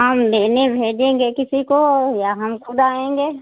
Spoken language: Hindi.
हम लेने भेजेंगे किसी को या हम खुद आएंगे